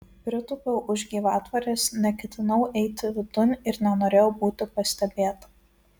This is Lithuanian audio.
pritūpiau už gyvatvorės neketinau eiti vidun ir nenorėjau būti pastebėta